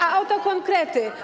A oto konkrety.